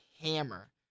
hammer